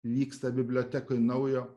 vyksta bibliotekoj naujo